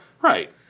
Right